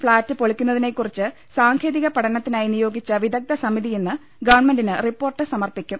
flat പൊളിക്കുന്നതിനെക്കുറിച്ച് സാങ്കേതിക പഠനത്തിനായി നിയോഗിച്ച വിദഗ്ദ്ധ സമിതി ഇന്ന് ഗവൺമെന്റിന് റിപ്പോർട്ട് സമർപ്പിക്കും